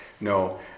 no